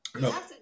No